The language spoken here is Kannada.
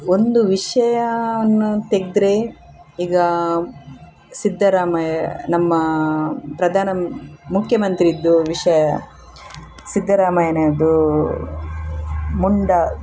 ಒಂದು ವಿಷಯವನ್ನು ತೆಗೆದ್ರೆ ಈಗ ಸಿದ್ದರಾಮಯ್ಯ ನಮ್ಮ ಪ್ರಧಾನ ಮುಖ್ಯಮಂತ್ರಿಯದ್ದು ವಿಷಯ ಸಿದ್ದರಾಮಯ್ಯನದ್ದು ಮುಂಡ